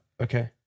Okay